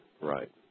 right